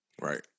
Right